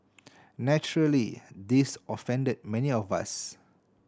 naturally this offended many of us